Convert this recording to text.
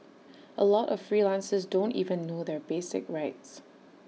A lot of freelancers don't even know their basic rights